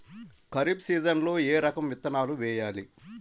ఖరీఫ్ సీజన్లో ఏ రకం వరి విత్తనాలు వేయాలి?